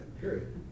Period